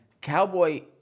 Cowboy